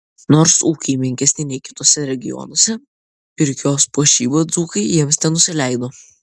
nors ūkiai menkesni nei kituose regionuose pirkios puošyba dzūkai jiems nenusileido